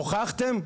הוכחתם?